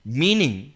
meaning